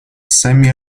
semi